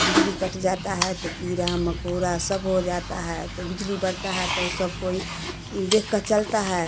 तो बिजली कट जाता है तो कीड़ा मकोड़ा सब हो जाता है तो बिजली बरता है तो सब कोई देख कर चलता है